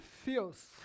feels